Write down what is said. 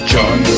John